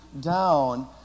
down